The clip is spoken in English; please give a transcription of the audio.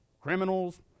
criminals